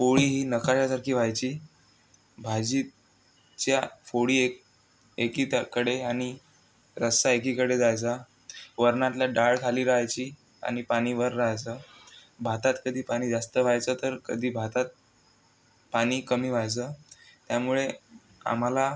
पोळी ही नकाशासारखी व्हायची भाजीच्या फोडी एक एकीताकडे आनि रस्सा एकीकडे जायचा वरनातल्या डाळ खाली राहायची आनि पानी वर राहायचं भातात कधी पानी जास्त व्हायचं तर कधी भातात पानी कमी व्हायचं त्यामुळे आम्हाला